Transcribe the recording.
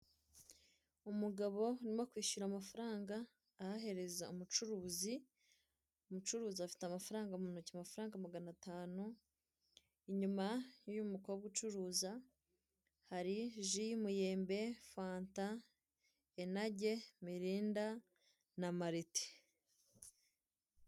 Umugabo urimo kwishyura amafaranga ayahereza umucuruzi. Umucuruzi afite amafaranga mu ntoki, amafaranga, magana atanu. Inyuma y'umukobwa ucuruza hari ji y'umuyembe, fanta, enajye, mirinda na marite.